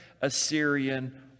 Assyrian